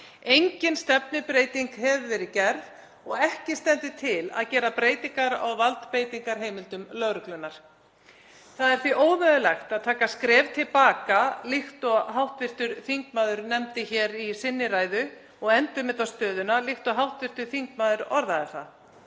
Engin stefnubreyting hefur verið gerð og ekki stendur til að gera breytingar á valdbeitingarheimildum lögreglunnar. Það er því ómögulegt að stíga skref til baka, líkt og hv. þingmaður nefndi hér í sinni ræðu og endurmeta stöðuna líkt og hv. þingmaður orðaði það.